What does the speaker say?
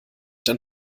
dann